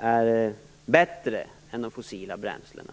är bättre än de fossila bränslena.